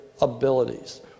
abilities